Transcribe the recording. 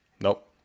nope